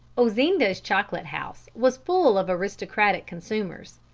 ozinda's chocolate house was full of aristocratic consumers.